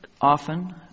often